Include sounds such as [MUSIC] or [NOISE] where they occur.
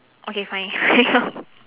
okay fine [LAUGHS]